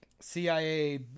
CIA